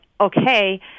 okay